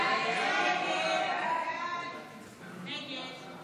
הסתייגות 4 לא נתקבלה.